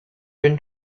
been